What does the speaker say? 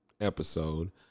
episode